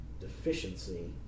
deficiency